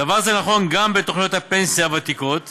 דבר זה נכון גם בתוכניות הפנסיה הוותיקות,